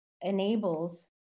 enables